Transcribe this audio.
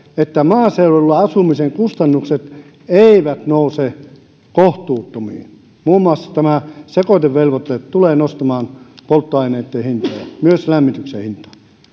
että maaseudulla asumisen kustannukset eivät nouse kohtuuttomiin muun muassa tämä sekoitevelvoite tulee nostamaan polttoaineitten hintoja myös lämmityksen